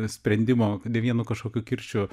sprendimo ne vienu kažkokiu kirčiu